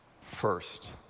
first